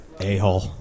A-hole